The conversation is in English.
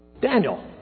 Daniel